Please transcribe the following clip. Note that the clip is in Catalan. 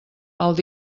els